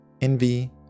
envy